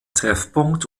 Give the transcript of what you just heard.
treffpunkt